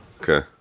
Okay